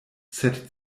sed